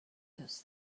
those